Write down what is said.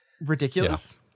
ridiculous